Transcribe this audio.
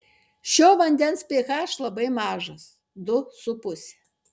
šio vandens ph labai mažas du su puse